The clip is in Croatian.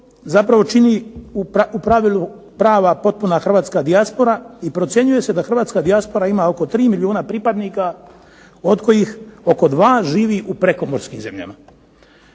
zapravo čini u pravilu prava potpuna hrvatska dijaspora i procjenjuje se da hrvatska dijaspora ima oko 3 milijuna pripadnika od kojih oko 2 živi u prekomorskim zemljama.